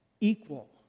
equal